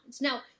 Now